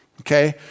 Okay